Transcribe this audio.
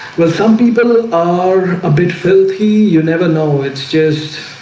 well, some people are a bit filthy you never know it's just